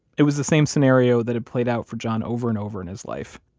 it was the same scenario that had played out for john over and over in his life.